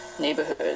neighborhood